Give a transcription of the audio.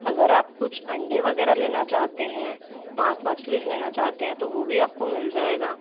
अगर आप कुछ अंडे वगैरह लेना चाहतें है मांस मछली लेना चाहतें है तो वह भी आपको मिल जाएगा